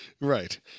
Right